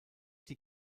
die